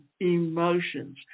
emotions